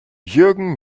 jürgen